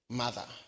mother